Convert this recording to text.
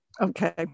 Okay